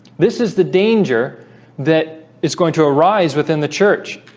this is the danger that is going to arise within the church